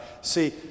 See